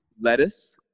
Lettuce